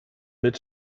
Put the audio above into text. mit